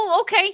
Okay